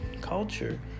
culture